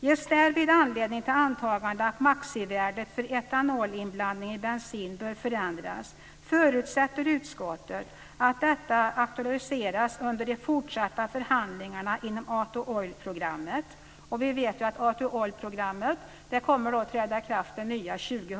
Ges därvid anledning till antagande att maximivärdet för etanolinblandning i bensin bör förändras förutsätter utskottet att detta aktualiseras under de fortsatta förhandlingarna inom Auto oil-programmet kommer att träda i kraft år 2005.